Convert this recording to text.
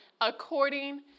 according